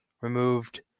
removed